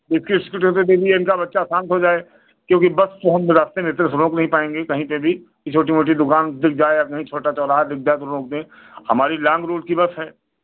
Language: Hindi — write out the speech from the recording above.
इसको थोड़ा सा दे दीजिए कि इनका बच्चा शांत हो जाये क्योंकि बस तो हम रास्ते में रोक नहीं पाएंगे कहीं पे भी कि छोटी मोटी दुकान दिख जाए अपनी छोटा चौराहा दिख जाए तो रोक दे हमारी लाँग रूट की बस है